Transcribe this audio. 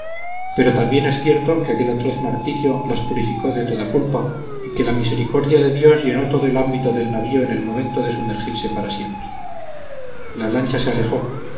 pero también es cierto que aquel atroz martirio las purificó de toda culpa y que la misericordia de dios llenó todo el ámbito del navío en el momento de sumergirse para siempre la lancha se alejó